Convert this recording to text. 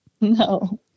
No